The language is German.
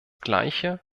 gleiche